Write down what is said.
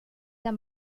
der